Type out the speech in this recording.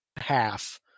half